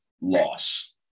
loss